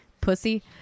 pussy